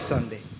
Sunday